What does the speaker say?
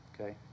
okay